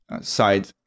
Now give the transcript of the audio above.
Side